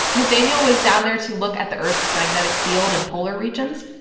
nathaniel was down there to look at the earth's magnetic field and polar regions.